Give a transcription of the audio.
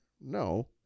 no